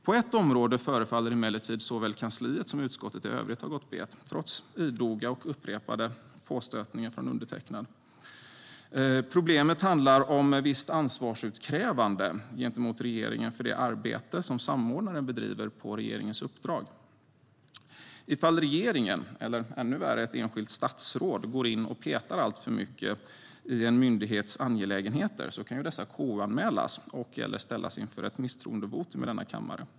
På ett område förefaller emellertid såväl kansliet som utskottet i övrigt ha gått bet, trots idoga och upprepade påstötningar från undertecknad. Problemet handlar om visst ansvarsutkrävande av regeringen för det arbete som samordnaren bedriver på regeringens uppdrag. Ifall regeringen, eller ännu värre ett enskilt statsråd, går in och petar alltför mycket i en myndighets angelägenheter kan dessa KU-anmälas eller ställas inför ett misstroendevotum.